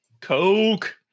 Coke